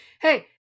Hey